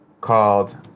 called